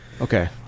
Okay